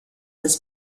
des